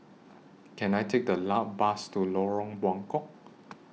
Can I Take A Bus to Lorong Buangkok